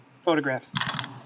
photographs